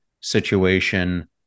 situation